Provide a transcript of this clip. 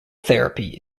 therapy